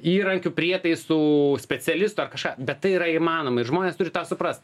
įrankių prietaisų specialisto ar kažką bet tai yra įmanoma ir žmonės turi tą suprast